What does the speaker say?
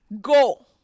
go